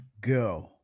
go